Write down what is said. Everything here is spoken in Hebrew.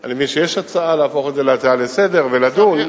אני מבין שיש הצעה להפוך את זה להצעה לסדר-היום ולדון,